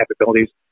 capabilities